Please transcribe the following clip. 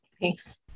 Thanks